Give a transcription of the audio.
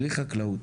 בלי חקלאות.